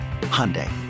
Hyundai